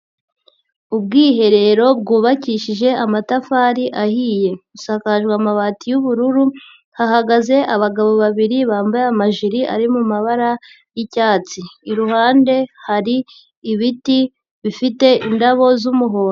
Ubwiherero bwubakishije amatafari ahiye. Busakajwe amabati y'ubururu, hahagaze abagabo babiri, bambaye amajiri ari mumabara y'icyatsi. Iruhande hari ibiti bifite indabo z'umuhondo.